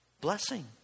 Blessing